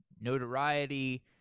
notoriety